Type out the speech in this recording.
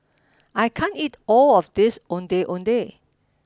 I can't eat all of this Ondeh Ondeh